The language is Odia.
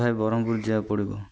ଭାଇ ବ୍ରହ୍ମପୁର ଯିବାକୁ ପଡ଼ିବ